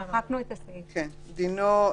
המדינה, דינו,